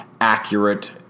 accurate